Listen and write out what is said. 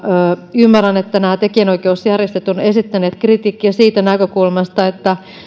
ymmärrän että tekijänoikeusjärjestöt ovat esittäneet kritiikkiä siitä näkökulmasta että